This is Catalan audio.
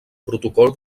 protocol